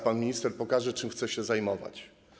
Pan minister pokaże, czym chce się zajmować.